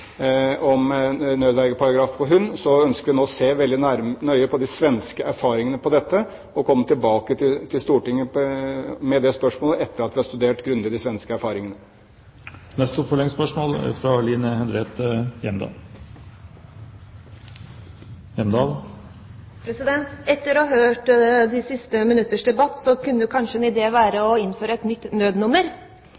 ønsker vi nå å se veldig nøye på de svenske erfaringene med dette, og kommer tilbake til Stortinget med det spørsmålet etter at vi har studert de svenske erfaringene grundig. Line Henriette Hjemdal – til oppfølgingsspørsmål. Etter å ha hørt de siste minutters debatt kunne kanskje en idé være